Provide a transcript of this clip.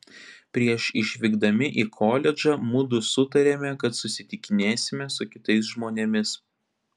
prieš išvykdami į koledžą mudu sutarėme kad susitikinėsime su kitais žmonėmis